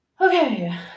Okay